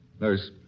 Nurse